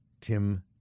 Tim